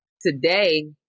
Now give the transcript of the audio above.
today